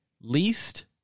Least